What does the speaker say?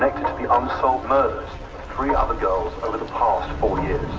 um so of three other girls, over the past four years.